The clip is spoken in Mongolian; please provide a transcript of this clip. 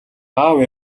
аав